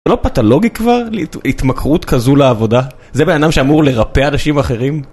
זה לא פתולוגי כבר? התמכרות כזו לעבודה? זה בנאדם שאמור לרפא אנשים אחרים?